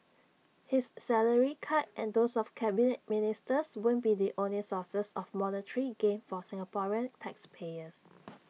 his salary cut and those of Cabinet Ministers won't be the only sources of monetary gain for Singaporean taxpayers